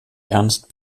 ernst